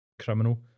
criminal